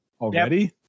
Already